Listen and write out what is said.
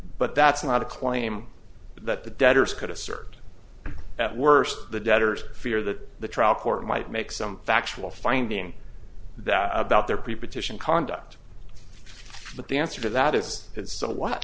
but that's not a claim that the debtors could assert at worst the debtors fear that the trial court might make some factual finding that about their preposition conduct but the answer to that is is so what